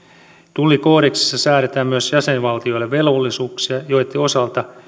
tullikoodeksissa säädetään myös jäsenvaltioille velvollisuuksia joitten osalta